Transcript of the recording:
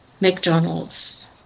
McDonald's